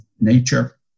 nature